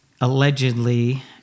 allegedly